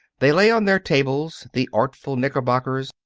they lay on their tables, the artful knickerbockers,